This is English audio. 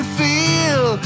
feel